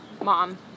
mom